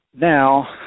Now